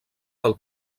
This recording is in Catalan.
del